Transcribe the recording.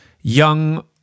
young